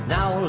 Now